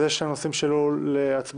אלה שתי ההצעות שעולות להצבעה.